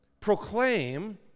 proclaim